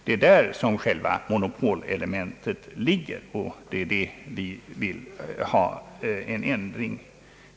Det är där själva monopolelementet ligger, och det är på den punkten vi vill ha en ändring.